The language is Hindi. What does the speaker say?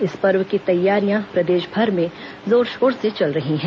इस पर्व की तैयारियां प्रदेशभर में जोर शोर से चल रही हैं